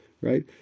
right